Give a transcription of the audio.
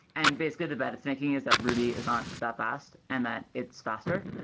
and basically, the bet it's making is that ruby is not that fast and that it's faster.